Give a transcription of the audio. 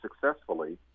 successfully